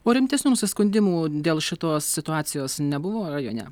o rimtesnių nusiskundimų dėl šitos situacijos nebuvo rajone